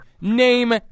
name